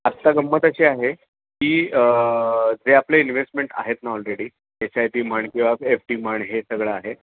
आत्ता गम्मत अशी आहे की जे आपले इन्ववेहेस्टमेंट आहेत ना ऑलरेडी एस आय पी म्हण किंवा एफ डी म्हण हे सगळं आहे